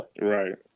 Right